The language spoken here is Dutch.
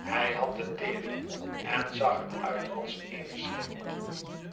hij had de tering en zag er uit als eene schim